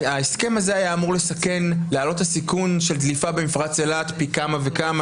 ההסכם הזה היה אמור להעלות את הסיכון של דליפה במפרץ אילת פי כמה וכמה,